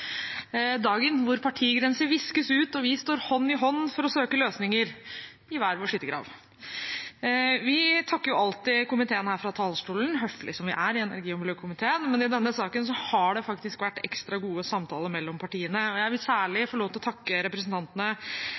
dagen da partigrenser viskes ut og vi står hånd i hånd for å søke løsninger – i hver vår skyttergrav. Vi takker alltid komiteen her fra talerstolen, høflige som vi er i energi- og miljøkomiteen, men i denne saken har det faktisk vært ekstra gode samtaler mellom partiene. Jeg vil særlig få lov til å takke representantene